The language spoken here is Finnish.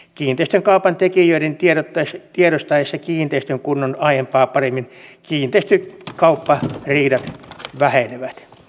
kiinteistökaupan tekijöiden tiedostaessa kiinteistön kunnon aiempaa paremmin kiinteistökauppariidat vähenevät